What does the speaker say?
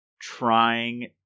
trying